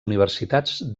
universitats